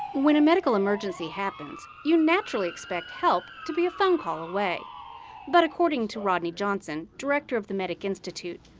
when a medical emergency happens you naturally expect help to be a phone call away but according to rodney johnson, director of the medic institute,